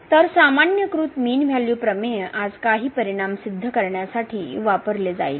तर सामान्यीकृत mean value प्रमेय आज काही परिणाम सिद्ध करण्यासाठी वापरली जाईल